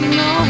no